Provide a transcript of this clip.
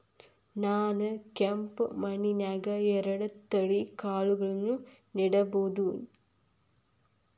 ನಾನ್ ಕೆಂಪ್ ಮಣ್ಣನ್ಯಾಗ್ ಎರಡ್ ತಳಿ ಕಾಳ್ಗಳನ್ನು ನೆಡಬೋದ?